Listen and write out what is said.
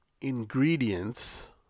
ingredients